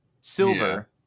Silver